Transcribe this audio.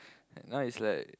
now is like